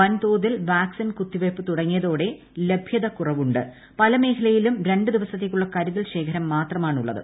വൻതോതിൽ വാക്സിൻ കുത്തിവയ്പ്പ് തുടങ്ങിയതോടെ ലഭ്യതക്കുറവുണ്ടെന്നും പല മേഖലയിലും രണ്ട് ദിവസത്തേക്കുള്ള കരുതൽ ശേഖരം മാത്രമാണുള്ളത്